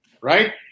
right